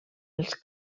els